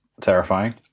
terrifying